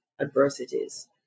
adversities